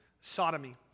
sodomy